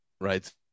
right